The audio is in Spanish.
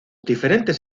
diferentes